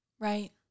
Right